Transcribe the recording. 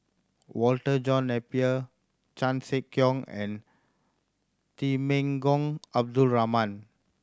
Walter John Napier Chan Sek Keong and Temenggong Abdul Rahman